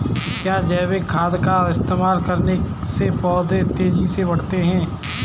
क्या जैविक खाद का इस्तेमाल करने से पौधे तेजी से बढ़ते हैं?